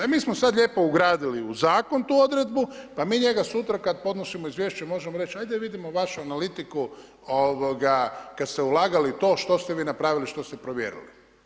I mi smo sad lijepo ugradili u zakon tu odredbu pa mi njega sutra kad podnosimo izvješće možemo reći, ajde da vidimo vašu analitiku kad ste ulagali u to, što ste vi napravili, što ste provjerili.